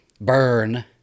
burn